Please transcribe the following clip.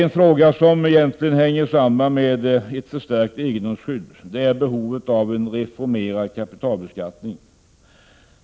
En fråga som egentligen hänger samman med ett förstärkt egendomsskydd är behovet av en reformerad kapitalbeskattning.